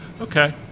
okay